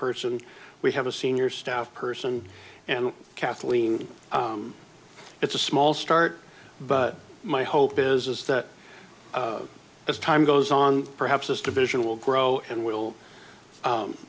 person we have a senior staff person and kathleen it's a small start but my hope is is that as time goes on perhaps this division will grow and will